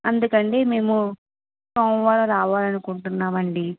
అందుకని అండి మేము సోమవారం రావాలి అనుకుంటున్నాం అండి